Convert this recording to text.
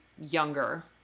younger